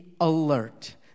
alert